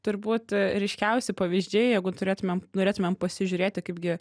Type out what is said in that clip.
turbūt ryškiausi pavyzdžiai jeigu turėtumėm norėtumėm pasižiūrėti kaipgi